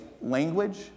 language